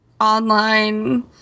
online